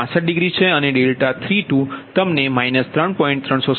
165 degree છે અને 32 તમે 3